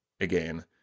again